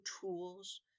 tools